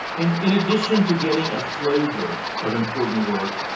and in addition to getting a flavor of important work,